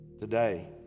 Today